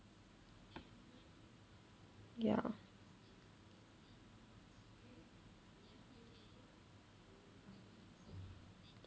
ya